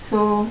so